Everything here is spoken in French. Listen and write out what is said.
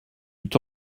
eût